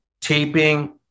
taping